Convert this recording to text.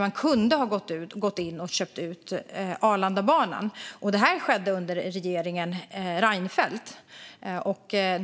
Man kunde ha gått in och köpt ut Arlandabanan. Prövningen skedde under regeringen Reinfeldt.